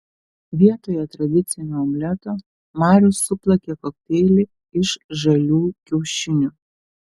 vietoje tradicinio omleto marius suplakė kokteilį iš žalių kiaušinių